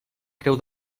creu